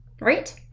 right